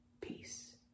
peace